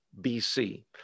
BC